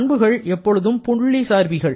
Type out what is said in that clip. பண்புகள் எப்பொழுதும் புள்ளிசார்பிகள்